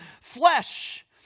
flesh